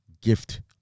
gift